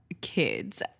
kids